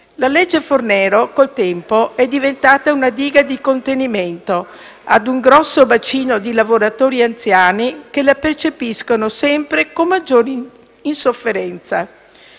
La legge Fornero con il tempo è diventata una diga di contenimento a un grosso bacino di lavoratori anziani che la percepiscono con sempre maggiore insofferenza,